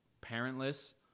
parentless